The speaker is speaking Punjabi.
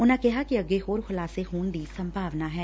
ਉਨ੍ਹਾ ਕਿਹਾ ਕਿ ਅੱਗੇ ਹੋਰ ਖੁਲਾਸੇ ਹੋਣ ਦੀ ਸੰਭਾਵਨਾ ਐ